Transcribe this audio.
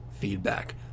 feedback